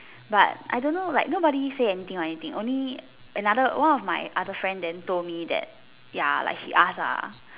but I don't know like nobody say anything or anything only another one of my other friend told me then that ya like he asked lah